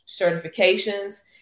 certifications